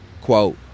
Quote